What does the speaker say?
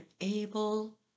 able